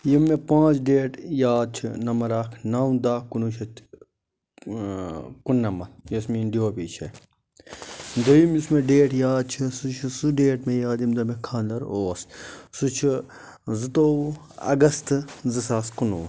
یِم مےٚ پانٛژھ ڈیٹ یاد چھِ نَمبَر اَکھ نَو دَہ کُنہٕ وُہ شَتھ کُنہٕ نَمَت یۄس میٛٲنۍ ڈی او بی چھےٚ دوٚیِم یُس مےٚ ڈیٹ یاد چھِ سُہ چھُ سُہ ڈیٹ مےٚ یاد ییٚمہِ دۄہ مےٚ خانٛدَر اوس سُہ چھُ زٕتووُہ اَگست زٕ ساس کُنہٕ وُہ